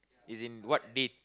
is in what date